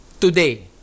today